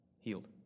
healed